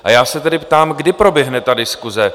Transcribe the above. A já se tedy ptám, kdy proběhne ta diskuse?